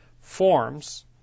forms